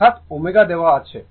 অর্থাৎ ω দেওয়া আছে